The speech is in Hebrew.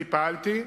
אני פעלתי,